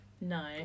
No